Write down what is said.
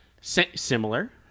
Similar